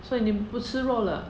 所以你不吃肉了